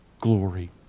glory